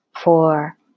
four